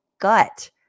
gut